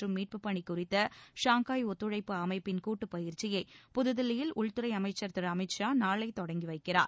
மற்றம் மீட்புப்பணி குறித்த ஷாங்காய் ஒத்துழைப்பு அமைப்பின் கூட்டு பயிற்சியை புதுதில்லியில் உள்துறை அமைச்சர் திரு அமித் ஷா நாளை தொடங்கி வைக்கிறார்